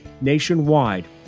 nationwide